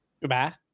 Goodbye